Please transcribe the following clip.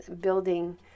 building